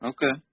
Okay